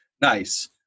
Nice